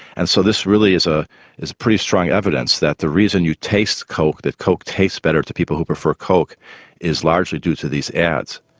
and so this really is ah is pretty strong evidence that the reason you taste coke, that coke tastes better to people who prefer coke is largely due to these ads.